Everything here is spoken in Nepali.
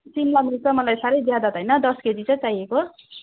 सिमला मिर्च त मलाई साह्रै ज्यादा त होइन दस केजी चाहिँ चाहिएको